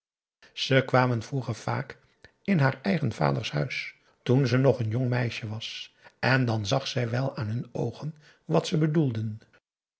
ze kwamen vroeger vaak in haar eigen vaders huis toen ze nog een jong meisje was en dan zag zij wel aan hun oogen wat ze bedoelden